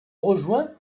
rejoint